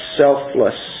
selfless